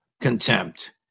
contempt